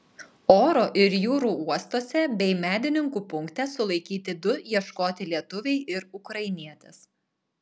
oro ir jūrų uostuose bei medininkų punkte sulaikyti du ieškoti lietuviai ir ukrainietis